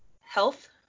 Health